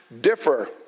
differ